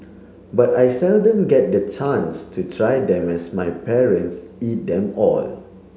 but I seldom get the chance to try them as my parents eat them all